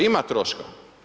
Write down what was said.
Ima troška.